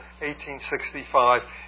1865